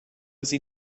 sie